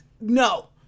no